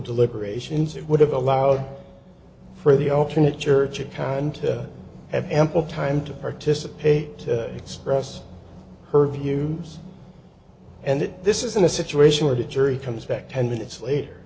deliberations it would have allowed for the alternate church account to have ample time to participate to express her views and this isn't a situation where the jury comes back ten minutes later